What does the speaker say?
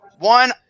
One